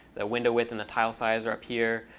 the window width and the tile size are up here.